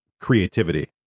creativity